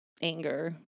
anger